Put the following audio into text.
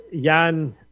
Jan